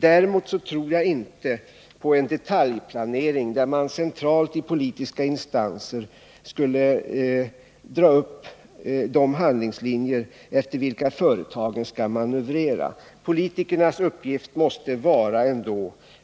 Däremot tror jag inte på detaljplanering, där man centralt i politiska instanser drar upp de handlingslinjer efter vilka företagen skall manövrera. Politikernas uppgift måste ändå vara